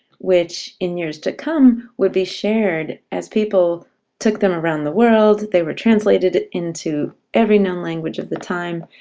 which in years to come would be shared, as people took them around the world. they were translated into every known language of the time.